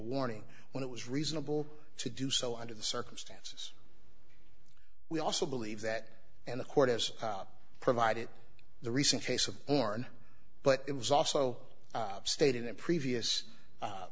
warning when it was reasonable to do so under the circumstances we also believe that and the court has provided the recent case of horn but it was also stated in a previous